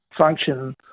function